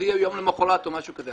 שזה יהיה יום למחרת או משהו כזה.